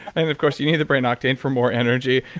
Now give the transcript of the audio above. dave of course, you need the brain octane for more energy.